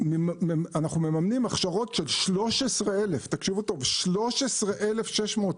אנחנו מממנים הכשרות של 13,600 איש,